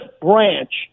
Branch